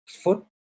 foot